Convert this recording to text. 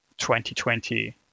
2020